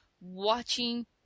watching